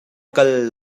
kal